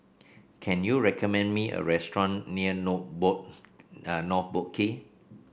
can you recommend me a restaurant near North Boat nor Boat Quay